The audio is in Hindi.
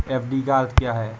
एफ.डी का अर्थ क्या है?